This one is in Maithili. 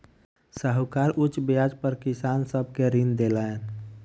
साहूकार उच्च ब्याज पर किसान सब के ऋण देलैन